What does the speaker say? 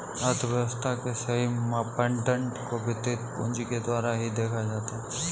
अर्थव्यव्स्था के सही मापदंड को वित्तीय पूंजी के द्वारा ही देखा जाता है